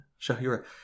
Shahira